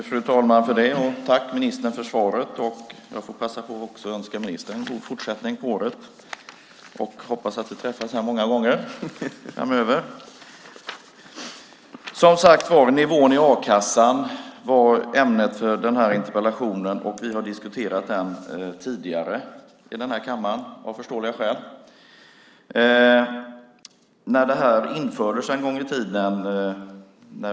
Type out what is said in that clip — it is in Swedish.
Fru talman! Tack, ministern, för svaret! Jag får passa på att önska ministern en god fortsättning på året. Jag hoppas att vi kommer att träffas många gånger framöver. Nivån i a-kassan är ämnet för den här interpellationen, och vi har diskuterat frågan tidigare i kammaren - av förståeliga skäl.